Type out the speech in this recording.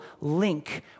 link